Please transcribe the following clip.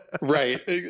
right